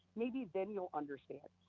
maybe then you'll understand.